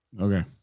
Okay